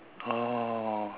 oh